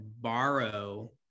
borrow